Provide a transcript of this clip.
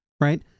right